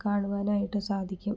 കാണുവാനായിട്ട് സാധിക്കും